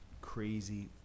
crazy